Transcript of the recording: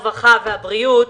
הרווחה והבריאות,